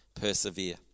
persevere